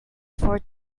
for